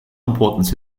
importance